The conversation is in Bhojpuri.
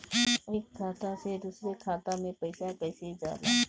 एक खाता से दूसर खाता मे पैसा कईसे जाला?